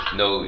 no